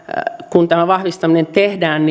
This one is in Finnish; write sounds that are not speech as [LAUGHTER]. kun tämä vahvistaminen tehdään [UNINTELLIGIBLE]